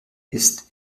ist